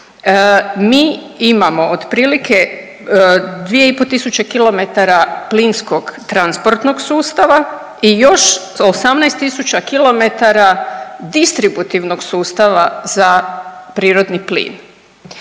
mi imamo otprilike 2.500 km plinskog transportnog sustava i još 18.000 km distributivnog sustava za prirodni plin,